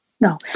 No